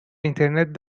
اینترنت